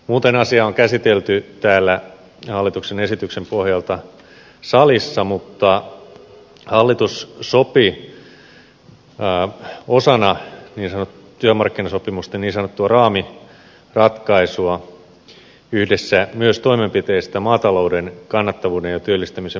muuten asia on käsitelty hallituksen esityksen pohjalta täällä salissa mutta hallitus sopi osana työmarkkinasopimusten niin sanottua raamiratkaisua yhdessä myös toimenpiteestä maatalouden kannattavuuden ja työllistämisen varmistamiseksi